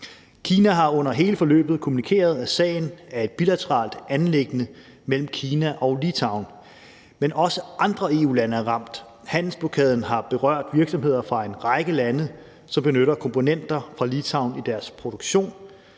Kina har under hele forløbet kommunikeret, at sagen er et bilateralt anliggende mellem Kina og Litauen, men også andre EU-lande er ramt. Handelsblokaden har berørt virksomheder fra en række lande, som benytter komponenter fra Litauen i deres produktion.